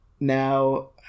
now